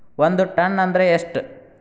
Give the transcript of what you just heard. ಒಂದ್ ಟನ್ ಅಂದ್ರ ಎಷ್ಟ?